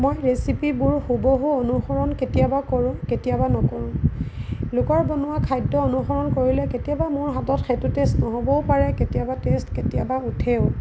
মই ৰেচিপিবোৰ হুবহু অনুসৰণ কেতিয়াবা কৰোঁ কেতিয়াবা নকৰোঁ লোকৰ বনোৱা খাদ্য অনুসৰণ কৰিলে কেতিয়াবা মোৰ হাতত সেইটো টেষ্ট নহ'বও পাৰে কেতিয়া টেষ্ট কেতিয়াবা উঠেও